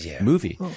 movie